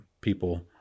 people